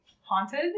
haunted